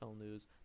news